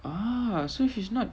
ah so she's not